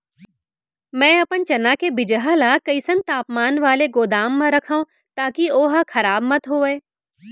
मैं अपन चना के बीजहा ल कइसन तापमान वाले गोदाम म रखव ताकि ओहा खराब मत होवय?